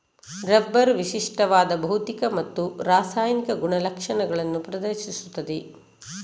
rubber ವಿಶಿಷ್ಟವಾದ ಭೌತಿಕ ಮತ್ತು ರಾಸಾಯನಿಕ ಗುಣಲಕ್ಷಣಗಳನ್ನು ಪ್ರದರ್ಶಿಸುತ್ತದೆ